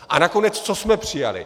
A nakonec, co jsme přijali?